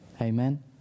Amen